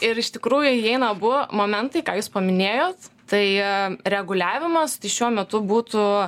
ir iš tikrųjų įeina abu momentai ką jūs paminėjot tai reguliavimas šiuo metu būtų